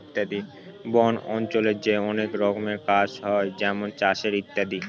বন অঞ্চলে যে অনেক রকমের কাজ হয় যেমন চাষের ইত্যাদি